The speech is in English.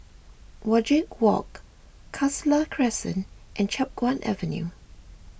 Wajek Walk Khalsa Crescent and Chiap Guan Avenue